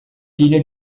pilha